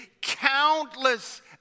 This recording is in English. countless